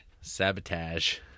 Sabotage